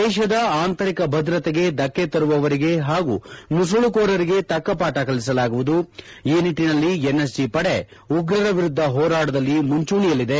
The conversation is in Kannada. ದೇಶದ ಅಂತರಿಕ ಭದ್ರತೆಗೆ ಧಕ್ಷೆ ತರುವವರಿಗೆ ಹಾಗೂ ನುಸುಳುಕೋರರಿಗೆ ತಕ್ಷ ಪಾಠ ಕಲಿಸಲಾಗುವುದು ಈ ನಿಟ್ಲನಲ್ಲಿ ಎನ್ಎಸ್ಜಿಯ ಪಡೆ ಉಗ್ರರ ವಿರುದ್ದ ಹೋರಾಟದಲ್ಲಿ ಮುಂಚೂಣಿಯಲ್ಲಿದೆ